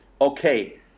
okay